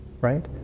right